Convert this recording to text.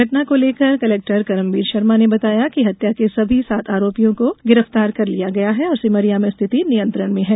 घटना को लेकर कलेक्टर कर्मवीर शर्मा ने बताया कि हत्या के सभी सात आरोपियों को गिरफ्तार कर लिया गया है और सिमरिया में स्थिति नियन्त्रण में है